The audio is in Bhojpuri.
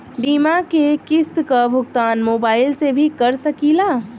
बीमा के किस्त क भुगतान मोबाइल से भी कर सकी ला?